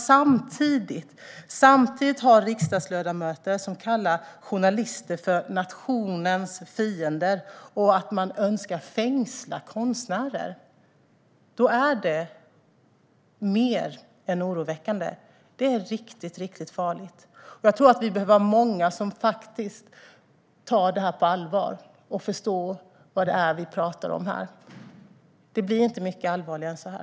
Samtidigt har vi dock riksdagsledamöter som kallar journalister för nationens fiender och som säger att de önskar fängsla konstnärer. Detta är mer än oroväckande; det är riktigt farligt. Vi behöver vara många som tar detta på allvar och förstår vad det talas om. Det blir inte allvarligare än så här.